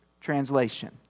translation